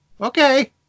Okay